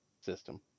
system